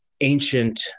ancient